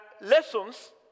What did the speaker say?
lessons